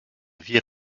vie